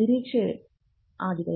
ನಿರೀಕ್ಷಿಸುತ್ತದೆ